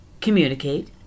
communicate